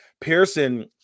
Pearson